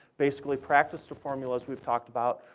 basically practice the formulas we've talked about,